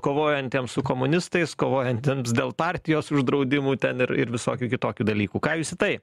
kovojantiems su komunistais kovojantiems dėl partijos uždraudimų ten ir ir visokių kitokių dalykų ką jūs į tai